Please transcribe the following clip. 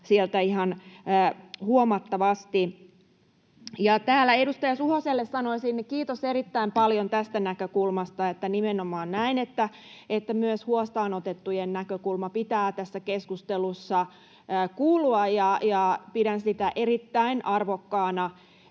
välihuuto] Ja täällä edustaja Suhoselle sanoisin, että kiitos erittäin paljon tästä näkökulmasta, on nimenomaan näin, että myös huostaanotettujen näkökulman pitää tässä keskustelussa kuulua. Pidän sitä erittäin arvokkaana,